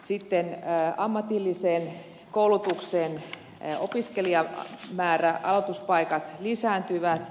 sitten ammatillisen koulutuksen opiskelijamäärä aloituspaikat lisääntyvät